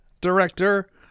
director